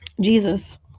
Jesus